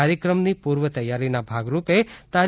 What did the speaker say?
કાર્યક્રમની પૂર્વતૈયારીના ભાગરૂપે તા